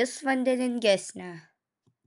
vis vandeningesnę